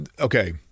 okay